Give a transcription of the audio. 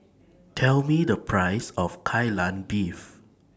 Tell Me The Price of Kai Lan Beef